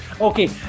okay